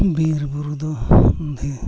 ᱵᱤᱨᱼᱵᱩᱨᱩ ᱫᱚ ᱫᱷᱮ